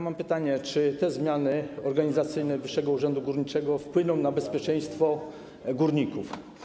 Mam pytanie: Czy te zmiany organizacyjne Wyższego Urzędu Górniczego wpłyną na bezpieczeństwo górników?